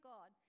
God